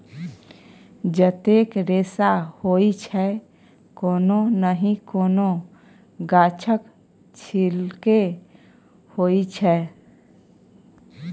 जतेक रेशा होइ छै कोनो नहि कोनो गाछक छिल्के होइ छै